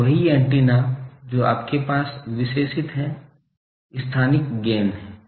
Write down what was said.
तो वही एंटीना जो आपके पास विशेषित है स्थानिक गैन है